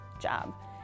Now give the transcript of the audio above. job